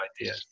idea